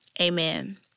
amen